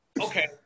Okay